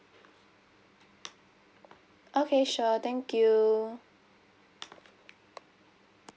okay sure thank you